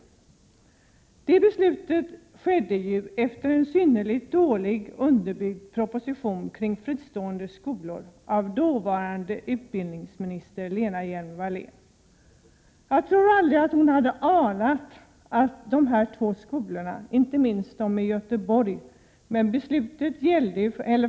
Det beslutet fattades ju efter en synnerligen illa underbyggd proposition kring fristående skolor av dåvarande utbildningsministern Lena Hjelm Wallén.